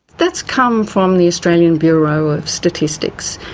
that's come from the australian bureau of statistics.